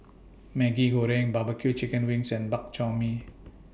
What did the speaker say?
Maggi Goreng Barbecue Chicken Wings and Bak Chor Mee